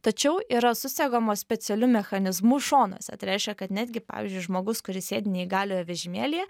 tačiau yra susegamos specialiu mechanizmu šonuose tai reiškia kad netgi pavyzdžiui žmogus kuris sėdi neįgaliojo vežimėlyje